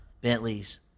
Bentleys